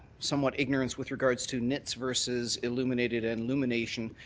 somewhat ignorance with regards to nits versus illuminated and lumination.